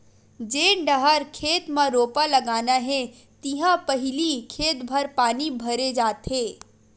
जेन डहर खेत म रोपा लगाना हे तिहा पहिली खेत भर पानी भरे जाथे